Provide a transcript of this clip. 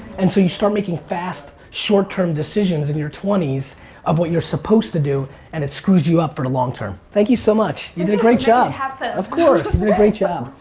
and so you start making fast, short-term decisions in your twenty s of what you're supposed to do and it screws you up for long term. thank you so much. you did a great job. of course, you did a great job.